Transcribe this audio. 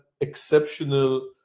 exceptional